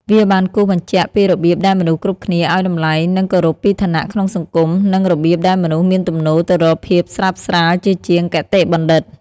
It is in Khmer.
វាបានគូសបញ្ជាក់ពីរបៀបដែលមនុស្សគ្រប់គ្នាអោយតម្លៃ និងគោរពពីឋានៈក្នុងសង្គម និងរបៀបដែលមនុស្សមានទំនោរទៅរកភាពស្រើបស្រាលជាជាងគតិបណ្ឌិត។